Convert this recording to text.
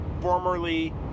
formerly